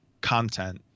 content